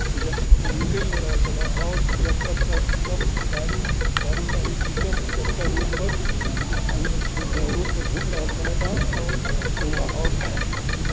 ज् निकलि नहि रहल छलै आओर पियक्कड़सभ सभ दारू दारू ताड़ी पी कऽ सभटा रोडपर बि रो रोडपर घूमि रहल छलथि हँ आओर आओर